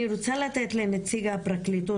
אני רוצה לתת לנציג הפרקליטות,